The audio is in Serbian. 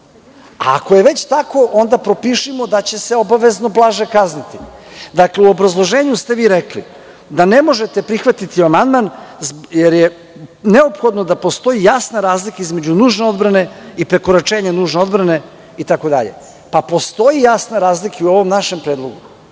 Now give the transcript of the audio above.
Ako je već tako onda propišimo da će se obavezno blaže kazniti.U obrazloženju ste vi rekli da ne možete prihvatiti amandman jer je neophodno da postoji jasna razlika između nužne odbrane i prekoračenja nužne odbrane itd. Postoji jasna razlika i u ovom našem predlogu.